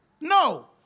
No